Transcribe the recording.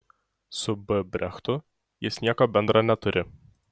su b brechtu jis nieko bendra neturi